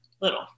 little